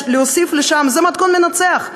זה מתכון מנצח,